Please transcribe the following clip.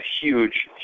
huge